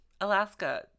Alaska